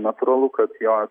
natūralu kad jos